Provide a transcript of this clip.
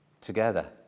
together